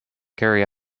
carry